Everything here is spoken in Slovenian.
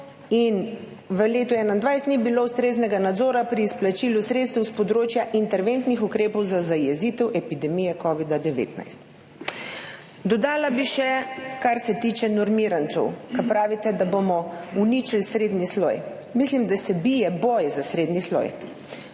in v letu 2021 ni bilo ustreznega nadzora pri izplačilu sredstev s področja interventnih ukrepov za zajezitev epidemije covida-19. Dodala bi še, kar se tiče normirancev, ker pravite, da bomo uničili srednji sloj. Mislim, da se bije boj za srednji sloj.